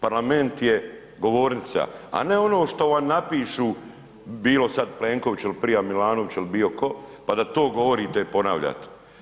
Parlament je govornica, a ne ono što vam napišu bilo sada Plenkoviću ili prija Milanoviću ili bio ko, pa da to govorite i ponavljate.